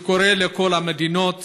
אני קורא לכל המדינות